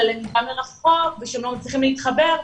הלמידה מרחוק ושהם לא מצליחים להתחבר.